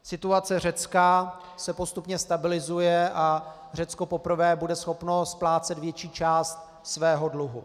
Situace Řecka se postupně stabilizuje a Řecko poprvé bude schopno splácet větší část svého dluhu.